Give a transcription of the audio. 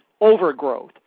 overgrowth